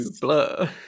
blur